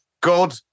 God